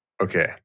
Okay